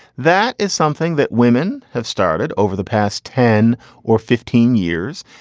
that is something that women have started over the past ten or fifteen years.